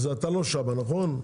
אבל אתה לא שם, נכון?